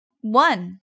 One